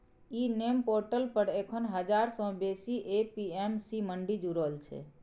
इ NAM portal पर एखन हजार सँ बेसी ए.पी.एम.सी मंडी जुरल छै